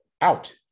out